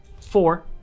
four